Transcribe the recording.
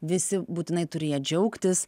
visi būtinai turi ja džiaugtis